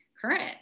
current